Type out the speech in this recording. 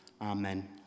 Amen